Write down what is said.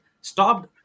stopped